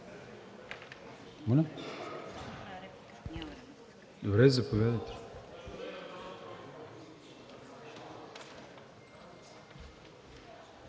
Благодаря